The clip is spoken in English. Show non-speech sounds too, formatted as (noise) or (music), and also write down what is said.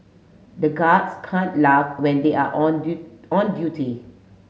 the guards can't laugh when they are on (unintelligible) on duty